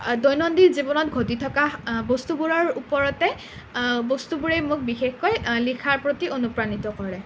দৈনন্দিন জীৱনত ঘটি থকা বস্তুবোৰৰ ওপৰতে বস্তুবোৰেই মোক বিশেষকৈ লিখাৰ প্ৰতি অনুপ্ৰাণিত কৰে